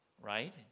Right